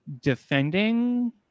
defending